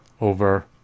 over